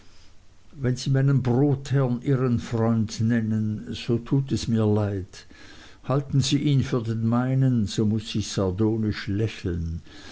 wenn sie meinen brotherrn ihren freund nennen so tut es mir leid halten sie ihn für den meinen so muß ich sardonisch lächeln